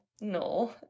no